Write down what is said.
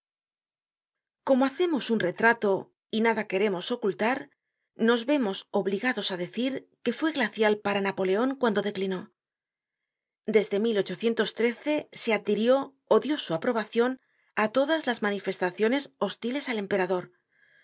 como hacemos un retrato y nada queremos ocultar nos vemos obligados á decir que fue glacial para napoleon cuando declinó desde se adhirió ó dió su aprobacion á todas las manifestaciones hostiles al emperador